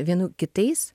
vienų kitais